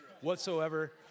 whatsoever